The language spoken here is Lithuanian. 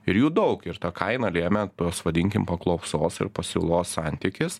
ir jų daug ir tą kainą lėmė tuos vadinkim paklausos ir pasiūlos santykis